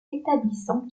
établissant